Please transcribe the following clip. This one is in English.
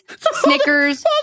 Snickers